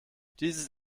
dieses